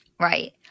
Right